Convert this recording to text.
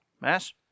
Mass